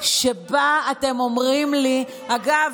שבה אתם אומרים לי, אל תפחידו אותם.